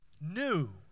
New